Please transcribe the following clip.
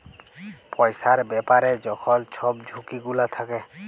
পইসার ব্যাপারে যখল ছব ঝুঁকি গুলা থ্যাকে